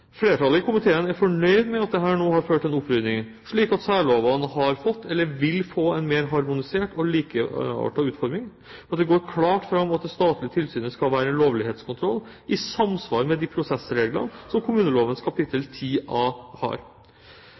Flertallet i komiteen er fornøyd med at dette nå har ført til en opprydning, slik at særlovene har fått eller vil få en mer harmonisert og likeartet utforming. Det går klart fram at det statlige tilsynet skal være lovlighetskontroll i samsvar med de prosessregler som kommuneloven kapittel 10 A har.